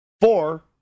four